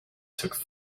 took